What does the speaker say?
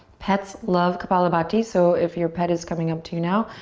pets love kapalabhati so if your pet is coming up to now,